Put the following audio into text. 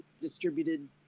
distributed